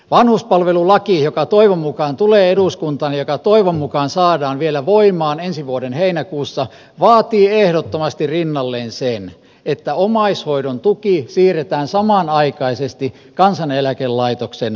vanhuspalvelulaki joka toivon mukaan tulee eduskuntaan ja joka toivon mukaan saadaan vielä voimaan ensi vuoden heinäkuussa vaatii ehdottomasti rinnalleen sen että omaishoidon tuki siirretään samanaikaisesti kansaneläkelaitoksen maksettavaksi